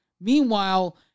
Meanwhile